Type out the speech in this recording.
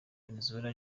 venezuela